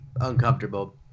uncomfortable